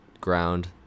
ground